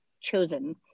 chosen